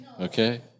okay